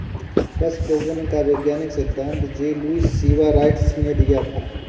पशु प्रजनन का वैज्ञानिक सिद्धांत जे लुश सीवाल राइट ने दिया था